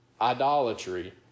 idolatry